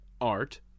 Art